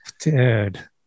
Dude